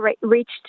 reached